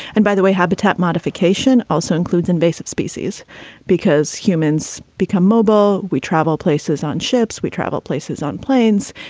and by the way, habitat modification also includes invasive species because humans become mobile. we travel places on ships. we travel places on planes.